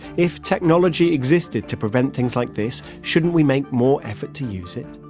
if technology existed to prevent things like this, shouldn't we make more effort to use it?